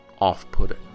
off-putting